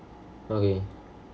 okay